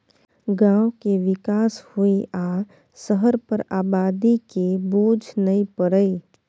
गांव के विकास होइ आ शहर पर आबादी के बोझ नइ परइ